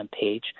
page